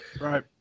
right